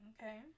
Okay